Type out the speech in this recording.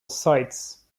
sites